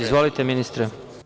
Izvolite, ministre.